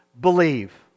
Believe